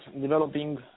developing